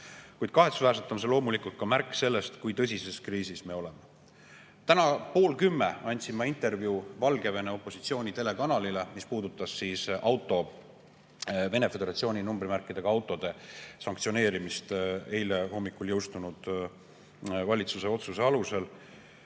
Kuid kahetsusväärselt on see loomulikult ka märk sellest, kui tõsises kriisis me oleme. Täna pool kümme andsin ma intervjuu Valgevene opositsiooni telekanalile. See puudutas Venemaa Föderatsiooni numbrimärkidega autode sanktsioneerimist eile hommikul jõustunud valitsuse otsuse alusel.